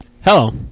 Hello